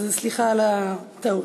אז סליחה על הטעות.